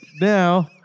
now